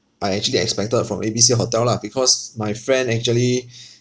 I actually expected from A B C hotel lah because my friend actually